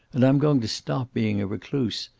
and i'm going to stop being a recluse.